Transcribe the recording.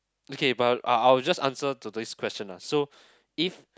okay but I'll I'll just answer to this question ah so if